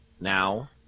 Now